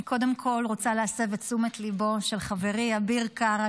קודם כול אני רוצה להסב את תשומת ליבו של חברי אביר קארה,